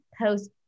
post